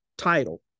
title